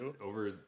over